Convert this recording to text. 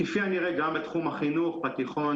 כפי הנראה גם בתחום החינוך בתיכון